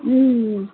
ம் ம்